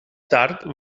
tard